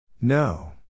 No